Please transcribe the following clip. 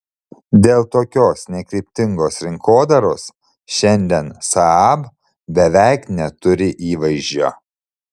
dėl tokios nekryptingos rinkodaros šiandien saab beveik neturi įvaizdžio